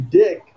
dick